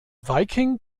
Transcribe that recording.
viking